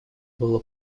было